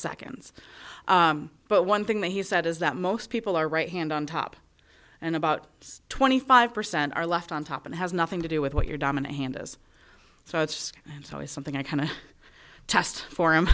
seconds but one thing that he said is that most people are right hand on top and about twenty five percent are left on top and has nothing to do with what your dominant hand is so it's always something i kind of test for him